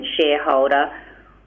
shareholder